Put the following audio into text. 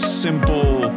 simple